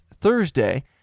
Thursday